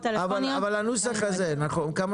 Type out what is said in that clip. כמה זמן הנוסח הזה קיים?